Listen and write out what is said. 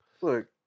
Look